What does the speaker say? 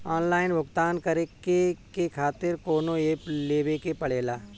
Online भुगतान करके के खातिर कौनो ऐप लेवेके पड़ेला?